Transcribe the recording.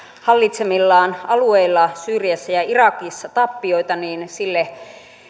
hallitsemillaan alueilla syyriassa ja ja irakissa tappioita niin sille